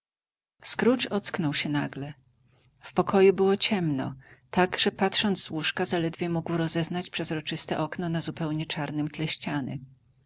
scrooge ocknął się nagle w pokoju było ciemno tak że patrząc z łóżka zaledwie mógł rozeznać przezroczyste okno na zupełnie czarnem tle ściany